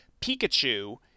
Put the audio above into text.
Pikachu